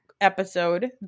episode